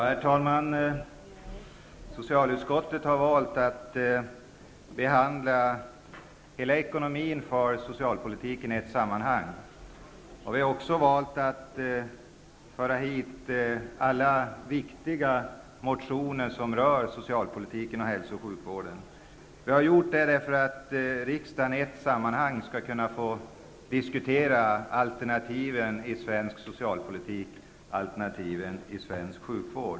Herr talman! Socialutskottet har valt att behandla hela ekonomin för socialpolitiken i ett sammanhang. Vi har också valt att föra hit alla viktiga motioner som rör socialpolitiken och hälsooch sjukvården. Vi har gjort det för att riksdagen i ett sammanhang skall kunna få diskutera alternativen i svensk socialpolitik och alternativen i svensk sjukvård.